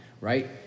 right